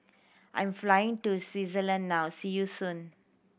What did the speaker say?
I'm flying to Swaziland now see you soon